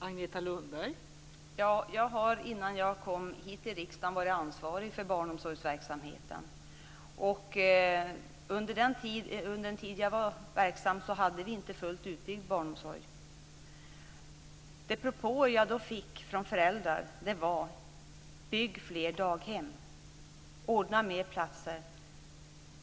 Fru talman! Innan jag kom in i riksdagen var jag ansvarig för barnomsorgsverksamhet. Under den tid jag var verksam hade vi inte en fullt utbyggd barnomsorg. De propåer som jag då fick från föräldrar löd: Bygg fler daghem! Ordna fler platser!